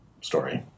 story